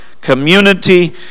community